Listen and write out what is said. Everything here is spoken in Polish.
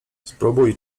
spróbuj